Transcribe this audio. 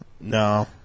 No